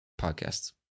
podcasts